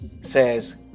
says